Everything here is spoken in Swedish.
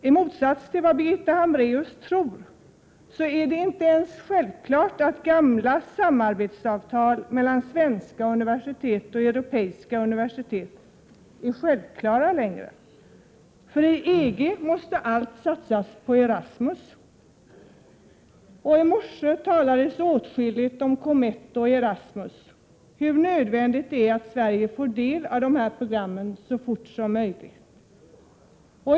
I motsats till vad Birgitta Hambraeus tror är det nämligen inte ens säkert att gamla samarbetsavtal mellan svenska universitet och europeiska universitet längre är självklara. Inom EG måste nämligen allt satsas på Erasmus-programmet. I morse talades det åtskilligt om COMETT och Erasmus och om hur nödvändigt det är att Sverige får komma med i samarbetet om dessa program så fort som möjligt.